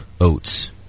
oats